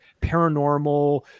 paranormal